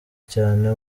cyane